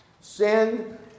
sin